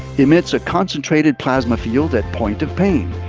emits a concentrated plasma field at point of pain.